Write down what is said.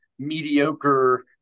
mediocre